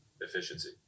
efficiency